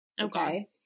Okay